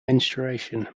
menstruation